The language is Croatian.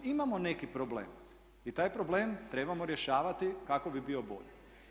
Imamo neki problem i taj problem trebamo rješavati kako bi bio bolji.